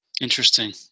Interesting